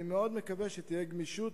אני מאוד מקווה שתהיה גמישות